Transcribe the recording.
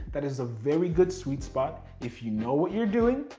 that is a very good sweet spot. if you know what you're doing,